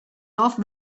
love